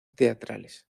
teatrales